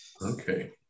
Okay